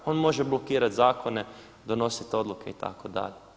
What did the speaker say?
On može blokirat zakone, donosit odluke itd.